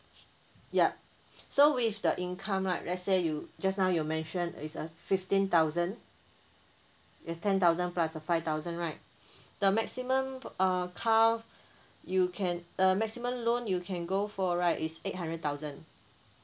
yup so with the income right let's say you just now you mention is a fifteen thousand it's ten thousand plus the five thousand right the maximum err car you can maximum loan you can go for right is eight hundred thousand